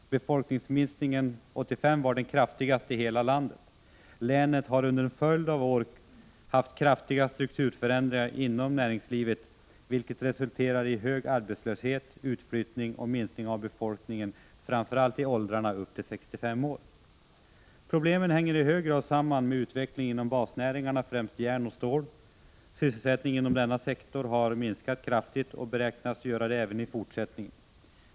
Folkminskningen 1985 var den kraftigaste i hela landet. Länet har under en följd av år haft kraftiga strukturförändringar inom näringslivet, vilket resulterat i hög arbetslöshet, utflyttning och minskning av befolkningen framför allt i åldrarna upp till 65 år. Problemen hänger i hög grad samman med utvecklingen inom basnäringarna, främst järnoch stålindustrin. Sysselsättningen inom denna sektor har minskat kraftigt och beräknas göra det även i fortsättningen.